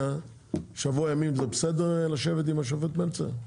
שבוע ימים זה בסדר לשבת עם השופט מלצר?